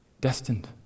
Destined